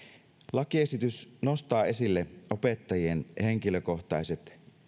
lakiesitys nostaa esille opettajien henkilökohtaiset